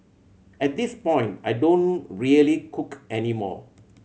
at this point I don't really cook any more